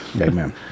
Amen